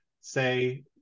say